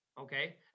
Okay